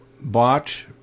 bought